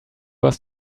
was